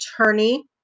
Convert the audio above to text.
attorney